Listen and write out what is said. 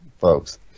folks